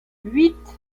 huit